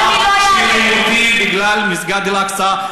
בגלל מסגד אל-אקצא.